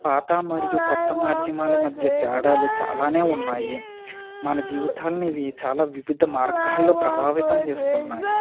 పాత మరియు కొత్త మాధ్యమాల మధ్య తేడాలు చాలా ఉన్నాయి మన జీవితాలను ఇవి చాలా వివిధ మార్గాలలో ప్రభావితం చేస్తున్నాయి